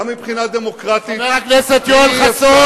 גם מבחינה, חבר הכנסת יואל חסון.